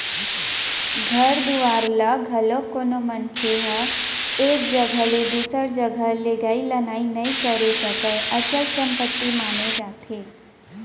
घर दुवार ल घलोक कोनो मनखे ह एक जघा ले दूसर जघा लेगई लनई नइ करे सकय, अचल संपत्ति माने जाथे